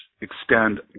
extend